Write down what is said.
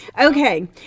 okay